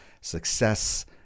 success